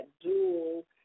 dual